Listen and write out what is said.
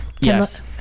Yes